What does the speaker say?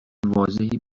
واضحی